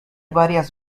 varias